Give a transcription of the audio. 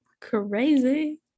Crazy